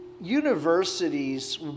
universities